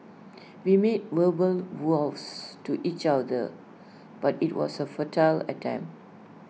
we made verbal vows to each other but IT was A futile attempt